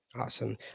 Awesome